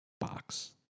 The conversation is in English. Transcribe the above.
box